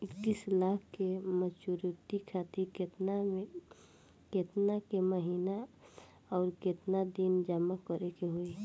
इक्कीस लाख के मचुरिती खातिर केतना के महीना आउरकेतना दिन जमा करे के होई?